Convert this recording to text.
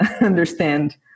understand